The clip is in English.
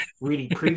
reading